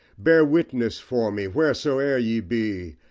bear witness for me, wheresoe'er ye be,